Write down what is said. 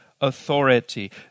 Authority